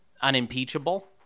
unimpeachable